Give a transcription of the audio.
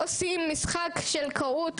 עושים משחק עם כולם,